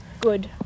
good